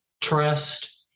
trust